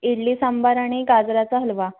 इडली सांबार आणि गाजराचा हलवा